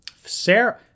sarah